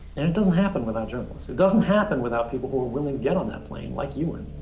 and it doesn't happen without journalists. it doesn't happen without people who are willing get on that plane, like ewen,